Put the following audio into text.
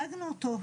הרגנו אותו,